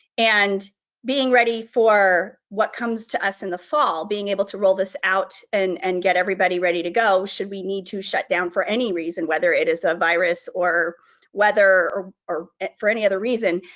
and being ready for what comes to us in the fall, being able to roll this out and and get everybody ready to go, should we need to shut down for any reason, whether it is a virus or weather, or or for any other reason,